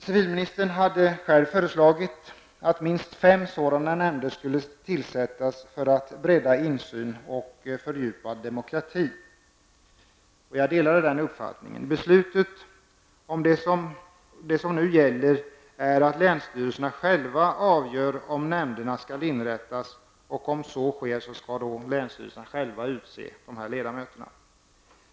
Civilministern hade själv föreslagit att minst fem sådana nämnder skulle tillsättas för att insynen skulle breddas och för att demokratin skulle fördjupas. Jag delade den uppfattningen. Beslutet om det som nu gäller innebär att länsstyrelserna själva avgör om nämnder skall inrättas, och om så sker skall länsstyrelserna själva utse ledamöterna.